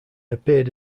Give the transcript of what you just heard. appeared